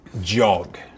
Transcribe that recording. jog